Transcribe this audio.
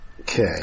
Okay